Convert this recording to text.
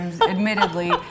admittedly